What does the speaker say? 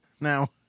Now